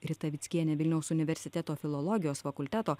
rita vickienė vilniaus universiteto filologijos fakulteto